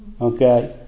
Okay